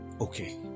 Okay